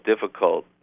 difficult